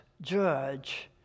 judge